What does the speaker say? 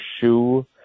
shoe